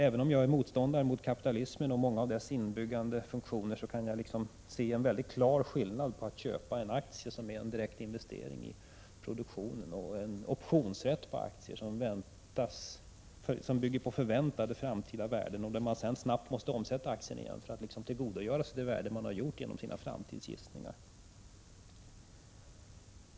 Även om jag är motståndare till kapitalismen och många av dess inbyggda funktioner, kan jag ändå se en mycket klar skillnad mellan att köpa en aktie som är en direkt investering i produktionen och en optionsrätt på aktier som bygger på förväntade framtida värden och där man sedan snabbt måste omsätta aktien igen för att tillgodogöra sig den vinst man har gjort på sina framtidsgissningar.